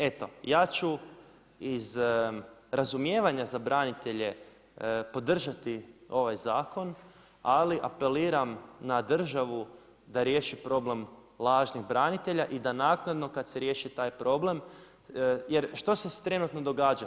Eto, ja ću iz razumijevanja za branitelje, podržati ovaj zakon, ali apeliram na državu da riješi problem lažnog branitelja i da naknado kad se riješi taj problem, jer što se trenutno događa?